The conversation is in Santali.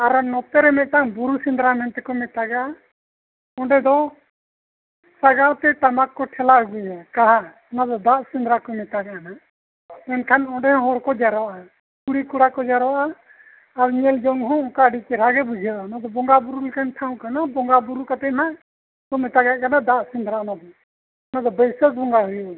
ᱟᱨ ᱱᱚᱛᱮ ᱨᱮ ᱢᱤᱫᱴᱟᱝ ᱵᱩᱨᱩ ᱥᱮᱸᱫᱽᱨᱟ ᱢᱮᱱᱛᱮ ᱠᱚ ᱢᱮᱛᱟᱜᱼᱟ ᱚᱸᱰᱮ ᱫᱚ ᱥᱟᱜᱟᱲᱛᱮ ᱴᱟᱢᱟᱠ ᱠᱚ ᱴᱷᱮᱞᱟᱣ ᱟᱜᱩᱭᱟ ᱠᱟᱦᱟᱲ ᱚᱱᱟ ᱫᱚ ᱫᱟᱜ ᱥᱮᱸᱫᱽᱨᱟ ᱠᱚ ᱢᱮᱛᱟᱜᱟᱜᱼᱟ ᱱᱟᱦᱟᱜ ᱢᱮᱱᱠᱷᱟᱱ ᱚᱸᱰᱮ ᱦᱚᱲ ᱠᱚ ᱡᱟᱨᱚᱣᱟᱜᱼᱟ ᱠᱩᱲᱤ ᱠᱚᱲᱟ ᱠᱚ ᱡᱟᱨᱚᱣᱟᱜᱼᱟ ᱟᱨ ᱧᱮᱞ ᱡᱚᱝ ᱦᱚᱸ ᱚᱱᱠᱟ ᱟᱹᱰᱤ ᱪᱮᱨᱦᱟ ᱜᱮ ᱵᱩᱡᱷᱟᱹᱣᱟᱜᱼᱟ ᱚᱱᱟ ᱫᱚ ᱵᱚᱸᱜᱟ ᱵᱳᱨᱳ ᱞᱮᱠᱟᱱ ᱴᱷᱟᱶ ᱠᱟᱱᱟ ᱵᱚᱸᱜᱟ ᱵᱳᱨᱳ ᱠᱟᱛᱮᱫ ᱱᱟᱦᱟᱜ ᱠᱚ ᱢᱮᱛᱟᱜᱟᱜ ᱠᱟᱱᱟ ᱫᱟᱜ ᱥᱮᱸᱫᱽᱨᱟ ᱚᱱᱟ ᱫᱚ ᱚᱱᱟ ᱫᱚ ᱵᱟᱹᱭᱥᱟᱹᱠᱷ ᱵᱚᱸᱜᱟ ᱦᱩᱭᱩᱜᱼᱟ